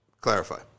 clarify